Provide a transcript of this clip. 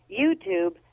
YouTube